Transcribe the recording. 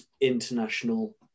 international